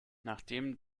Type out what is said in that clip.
nachdem